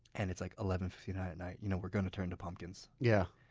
and it's like eleven fifty nine at night you know we're going to turn to pumpkins. yeah